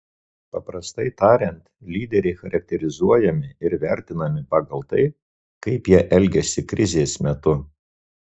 paprastai tariant lyderiai charakterizuojami ir vertinami pagal tai kaip jie elgiasi krizės metu